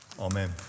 amen